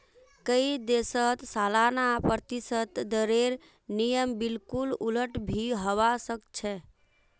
कई देशत सालाना प्रतिशत दरेर नियम बिल्कुल उलट भी हवा सक छे